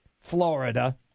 Florida